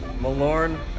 Malorn